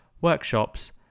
workshops